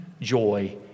joy